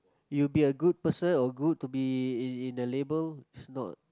it will be a good person or good to be in in a label if not